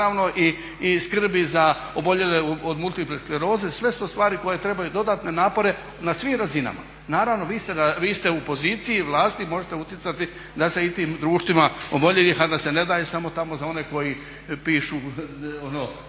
i skrbi za oboljele od multiple skleroze. Sve su to stvari koje trebaju dodatne napore na svim razinama. Naravno vi ste u poziciji i vlasti i možete utjecati da se i tim društvima oboljelih, a da se ne daje samo tamo za one koji pišu